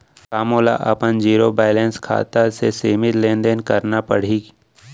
का मोला अपन जीरो बैलेंस खाता से सीमित लेनदेन करना पड़हि?